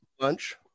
lunch